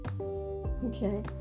Okay